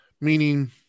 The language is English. Meaning